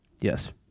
Yes